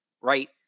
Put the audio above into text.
right